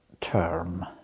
term